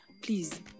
Please